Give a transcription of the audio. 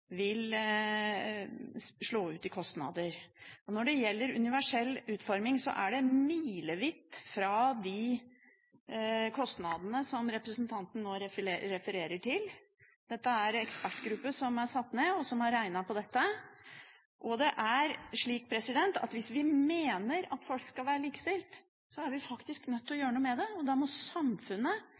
vil slå ut i kostnader. Når det gjelder universell utforming, er det milevidt fra de kostnadene som representanten Johnsen nå refererte til. En ekspertgruppe som er satt ned, har regnet på dette. Det er slik at hvis vi mener at folk skal være likestilt, er vi faktisk nødt til å gjøre noe med det. Da må samfunnet